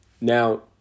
Now